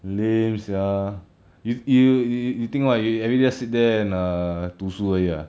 lame [sial] you you you you think [what] you everyday just sit there and err 读书而已啊